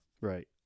Right